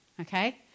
Okay